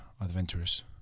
adventurous